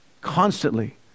constantly